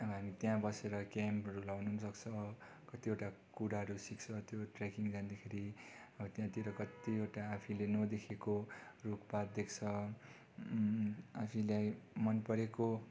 अब हामी त्यहाँ बसेर क्याम्पहरू लगाउनु नि सक्छ कतिवटा कुराहरू सिक्छ त्यो ट्रेकिङ जाँदाखेरि अब त्यहाँतिर कतिवटा आफूले नदेखेको रुखपात देख्छ आफूलाई मनपरेको